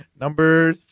Number